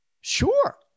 sure